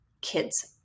kids